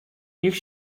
niech